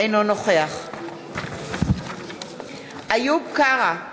אינו נוכח איוב קרא,